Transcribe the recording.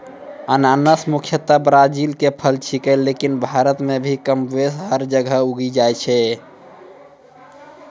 अनानस मुख्यतया ब्राजील के फल छेकै लेकिन भारत मॅ भी कमोबेश हर जगह उगी जाय छै